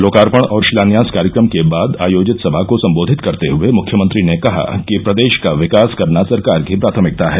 लोकार्पण और शिलान्यास कार्यक्रम के बाद आयोजित सभा को सम्बोधित करते हये मुख्यमंत्री ने कहा कि प्रदेश का विकास करना सरकार की प्राथमिकता है